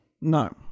No